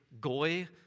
goy